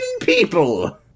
people